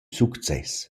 success